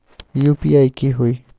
UPI की होई?